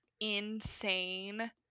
insane